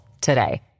today